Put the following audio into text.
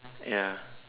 ya